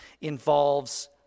involves